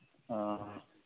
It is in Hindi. ओ